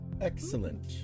Excellent